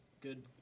good